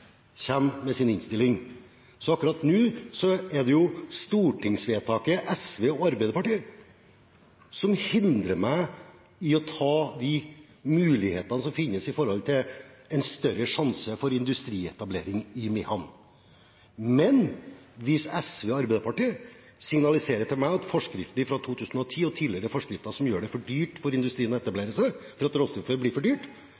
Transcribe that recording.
med sin innstilling. Akkurat nå er det stortingsvedtaket – SV og Arbeiderpartiet – som hindrer meg i å bruke de mulighetene som finnes for at det skal bli en større sjanse for industrietablering i Mehamn. Men hvis SV og Arbeiderpartiet signaliserer til meg at forskriftene fra 2010 og tidligere forskrifter gjør det dyrt for industrien å etablere seg, fordi råstoffet blir for dyrt,